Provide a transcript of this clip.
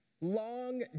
Long